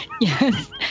yes